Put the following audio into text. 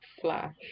flash